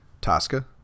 Tosca